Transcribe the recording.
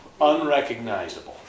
unrecognizable